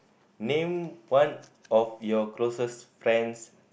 name one of your closest friends